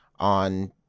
on